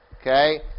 Okay